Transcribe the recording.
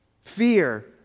Fear